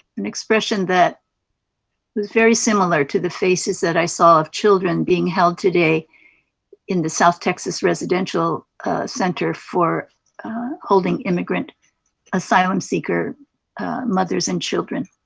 an expression that was very similar to the faces that i saw of children being held today in the south texas residential center for holding immigrant asylum-seeker mothers and children.